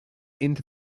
into